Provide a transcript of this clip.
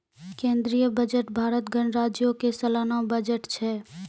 केंद्रीय बजट भारत गणराज्यो के सलाना बजट छै